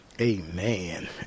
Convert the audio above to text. Amen